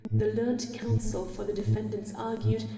the learned counsel for the defendants argued,